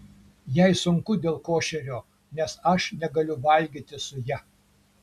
jai sunku dėl košerio nes aš negaliu valgyti su ja